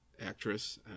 actress